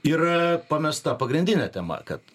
ir pamesta pagrindinė tema kad